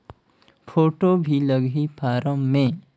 Photo भी लगी form मे?